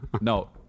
no